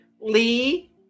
Lee